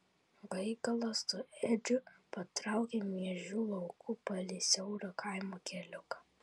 gaigalas su edžiu patraukė miežių lauku palei siaurą kaimo keliuką